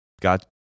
got